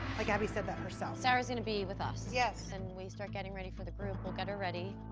like, abby said that herself. sarah's going to be with us. yes. when and we start getting ready for the group, we'll get her ready.